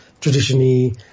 Traditionally